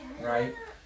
Right